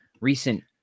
recent